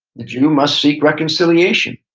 the jew must seek reconciliation,